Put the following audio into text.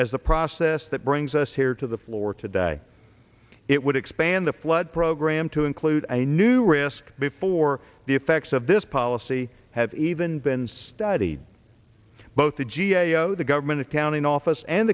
the process that brings us here to the floor today it would expand the flood program to include a new risk before the effects of this policy have even been studied both the g a o the government accounting office and